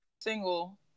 single